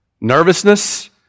nervousness